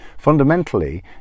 Fundamentally